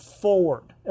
forward